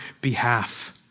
behalf